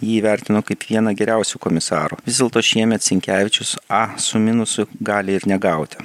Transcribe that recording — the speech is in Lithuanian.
jį įvertino kaip vieną geriausių komisarų vis dėlto šiemet sinkevičius a su minusu gali ir negauti